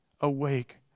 awake